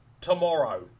tomorrow